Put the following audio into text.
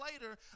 later